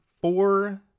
four